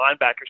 linebackers